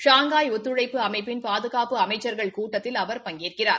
Shanghai ஒத்துழைப்பு அமைப்பின் பாதுகாப்பு அமைச்சர்கள் கூட்டத்தில் அவர் பங்கேற்கிறார்